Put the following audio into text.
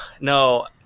No